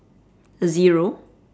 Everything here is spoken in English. zero